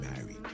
married